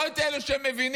לא את אלה שמבינים